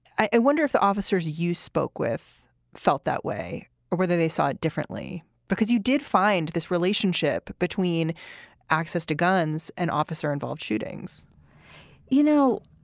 i wonder if the officers you spoke with felt that way or whether they saw it differently because you did find this relationship between access to guns, an officer involved shootings you know,